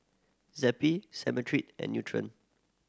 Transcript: Zappy Cetrimide and Nutren